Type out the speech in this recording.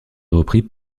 repris